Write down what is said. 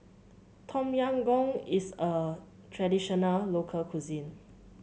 Tom Yam Goong is a traditional local cuisine